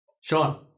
Sean